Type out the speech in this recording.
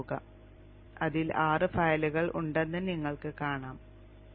അതിനാൽ അതിൽ ആറ് ഫയലുകൾ ഉണ്ടെന്ന് നിങ്ങൾ കാണും